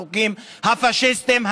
החוקים הפשיסטיים האלה.